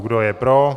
Kdo je pro?